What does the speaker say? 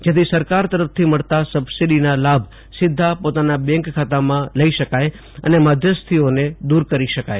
જેથી સરકાર તરફથી મળતાં સબસીડીના લાભ સીધા પોતાના બેન્ક ખાતામાં લઇ શકાય અને મધ્યસ્થીઓને દુર કરી શકાય